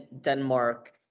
Denmark